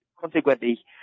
Consequently